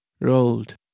Rolled